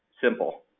Simple